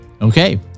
Okay